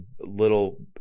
little